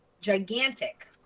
gigantic